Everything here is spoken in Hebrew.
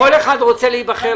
כל אחד רוצה להיבחר